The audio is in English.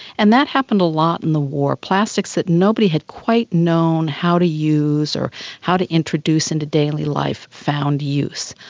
and that happened a lot in the war. plastics that nobody had quite known how to use or how to introduce into daily life found use.